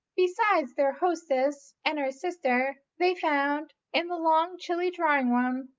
besides their hostess and her sister, they found, in the long chilly drawing-room,